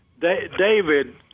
David